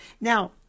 Now